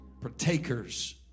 partakers